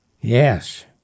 Yes